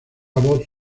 voz